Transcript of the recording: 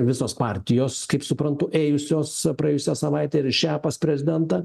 visos partijos kaip suprantu ėjusios praėjusią savaitę ir šią pas prezidentą